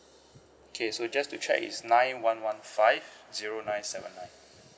okay so just to check is nine one one five zero nine seven nine